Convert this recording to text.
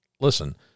listen